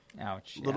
Ouch